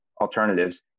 alternatives